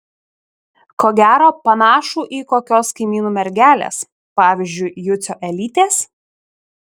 ko gero panašų į kokios kaimynų mergelės pavyzdžiui jucio elytės